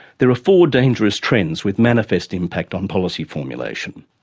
there are four dangerous trends with manifest impact on policy formulation.